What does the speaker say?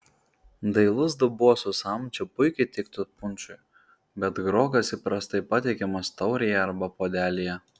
dailus dubuo su samčiu puikiai tiktų punšui bet grogas įprastai patiekiamas taurėje arba puodelyje